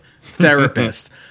Therapist